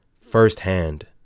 firsthand